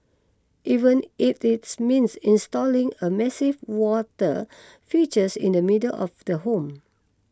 even if it means installing a massive water features in the middle of the home